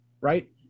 right